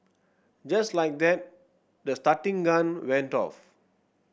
just like that the starting gun went off